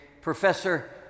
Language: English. Professor